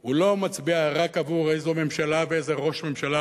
הוא לא מצביע רק עבור איזו ממשלה ואיזה ראש ממשלה,